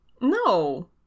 no